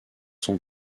sont